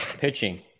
Pitching